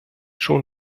schon